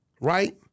right